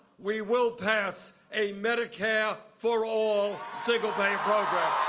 we will pass a medicare for all single pay programs.